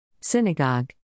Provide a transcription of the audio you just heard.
Synagogue